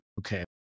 Okay